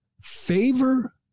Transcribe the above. favor